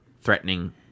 threatening